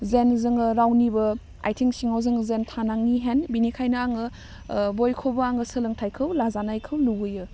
जेन जोङो रावनिबो आथिं सिङाव जोङो जेन थानायि हेन बिनिखायनो आङो ओह बयखौबो आङो सोलोंथाइखौ लाजानायखौ लुगैयो